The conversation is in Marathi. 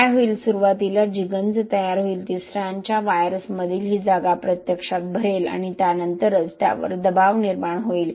काय होईल सुरवातीला जी गंज तयार होईल ती स्ट्रँडच्या वायर्समधील ही जागा प्रत्यक्षात भरेल आणि त्यानंतरच त्यावर दबाव निर्माण होईल